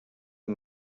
amb